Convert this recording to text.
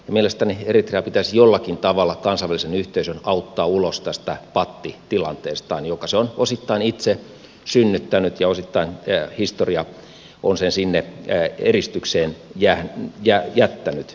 mielestäni kansainvälisen yhteisön pitäisi jollakin tavalla auttaa eritrea ulos tästä pattitilanteesta jonka se on osittain itse synnyttänyt ja osittain historia on sen sinne eristykseen jättänyt